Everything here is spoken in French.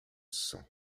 sang